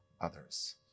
others